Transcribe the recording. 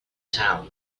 town